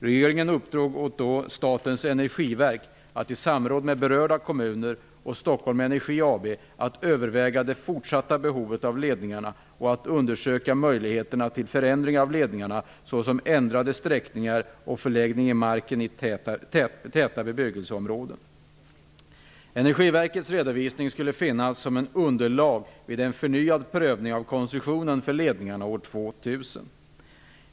Regeringen uppdrog åt dåvarande Statens energiverk att, i samråd med berörda kommuner och Stockholm Energi AB, att överväga det fortsatta behovet av ledningarna och att undersöka möjligheterna till förändringar av ledningarna som ändrade sträckningar och förläggning i marken i täta bebyggelseområden. Energiverkets redovisning skulle finnas som ett underlag vid en förnyad prövning av koncessionen för ledningarna år 2000.